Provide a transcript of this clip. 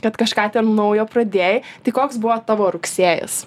kad kažką ten naujo pradėjai tai koks buvo tavo rugsėjis